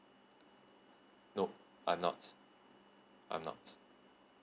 nope I'm not I'm not